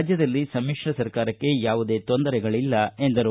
ರಾಜ್ಯದಲ್ಲಿ ಸಮಿಶ್ರ ಸರ್ಕಾರಕ್ಕೆ ಯಾವುದೇ ತೊಂದರೆಗಳಿಲ್ಲ ಎಂದರು